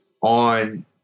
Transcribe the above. on